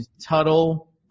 Tuttle